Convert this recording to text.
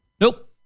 Nope